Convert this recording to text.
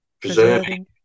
preserving